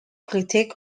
critic